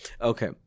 Okay